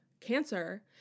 cancer